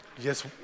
Yes